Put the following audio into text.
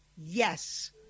Yes